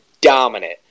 dominant